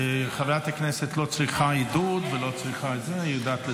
חברת הכנסת לא צריכה עידוד, היא יודעת לדבר,